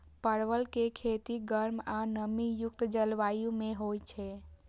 परवल के खेती गर्म आ नमी युक्त जलवायु मे होइ छै